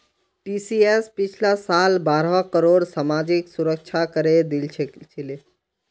TCS पिछला साल बारह करोड़ सामाजिक सुरक्षा करे दिल छिले